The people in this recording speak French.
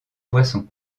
poisson